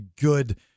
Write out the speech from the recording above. good